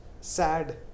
Sad